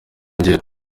njyewe